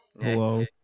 Hello